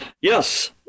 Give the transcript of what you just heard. Yes